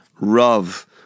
Rav